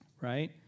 right